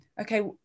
okay